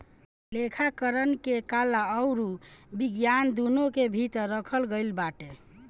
लेखाकरण के कला अउरी विज्ञान दूनो के भीतर रखल गईल बाटे